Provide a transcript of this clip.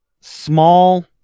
small